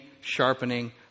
sharpening